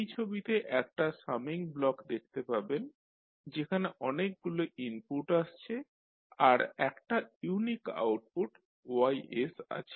এই ছবিতে একটা সামিং ব্লক দেখতে পাবেন যেখানে অনেকগুলো ইনপুট আসছে আর একটা ইউনিক আউটপুট Y আছে